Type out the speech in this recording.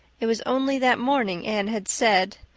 it was only that morning anne had said,